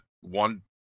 one